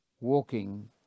walking